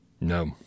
No